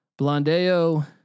Blondeo